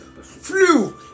flu